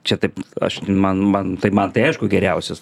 čia taip aš man man tai man tai aišku geriausios